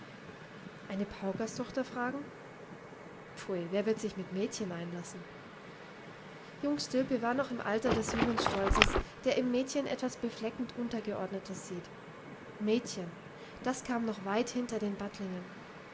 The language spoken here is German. eine paukerstochter fragen pfui wer wird sich mit mädchen einlassen jung stilpe war noch im alter des jungenstolzes der im mädchen etwas befleckend untergeordnetes sieht mädchen das kam noch weit hinter den